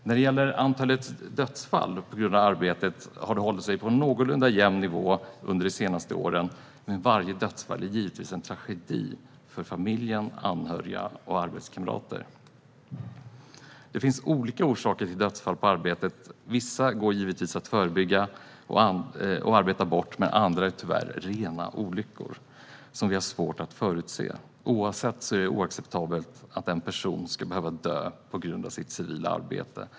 När det gäller antalet dödsfall på grund av arbetet har det hållit sig på en någorlunda jämn nivå under de senaste åren, men varje dödsfall är givetvis en tragedi för familj, anhöriga och arbetskamrater. Det finns olika orsaker till dödsfall på arbetet. Vissa går att förebygga och arbeta bort, men andra är tyvärr rena olyckor som är svåra att förutse. Oavsett detta är det oacceptabelt att en person ska behöva dö på grund av sitt civila arbete.